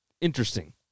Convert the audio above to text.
interesting